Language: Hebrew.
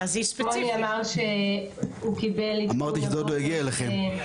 מוני אמר שהוא קיבל --- אמרתי שזה עוד לא הגיע אליכם.